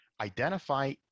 identify